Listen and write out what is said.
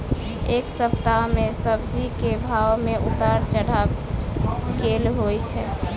एक सप्ताह मे सब्जी केँ भाव मे उतार चढ़ाब केल होइ छै?